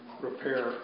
repair